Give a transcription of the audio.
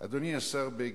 אדוני השר בגין,